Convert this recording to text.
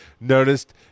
noticed